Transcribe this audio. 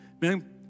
Man